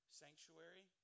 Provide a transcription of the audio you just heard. sanctuary